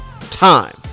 time